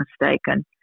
mistaken